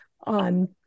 on